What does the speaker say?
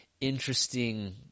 interesting